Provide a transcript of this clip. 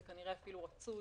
זה כנראה אפילו רצוי.